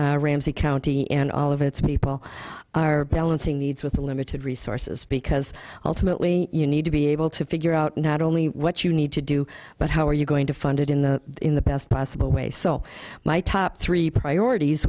facing ramsey county and all of its people are balancing the needs with the limited resources because ultimately you need to be able to figure out not only what you need to do but how are you going to fund it in the in the best possible way so my top three priorities